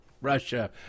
Russia